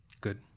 Good